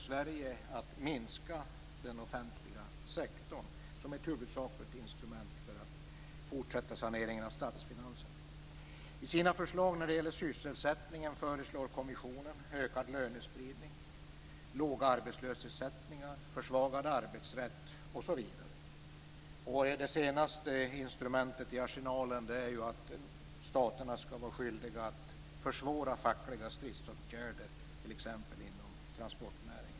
Sverige att minska den offentliga sektorn som ett huvudsakligt instrument för att fortsätta saneringen av statsfinanserna. I sina förslag när det gäller sysselsättningen föreslår kommissionen ökad lönespridning, låga arbetslöshetsersättningar, försvagad arbetsrätt osv. Det senaste instrumentet i arsenalen är att staterna skall vara skyldiga att försvåra fackliga stridsåtgärder, t.ex. inom transportnäringen.